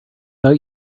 out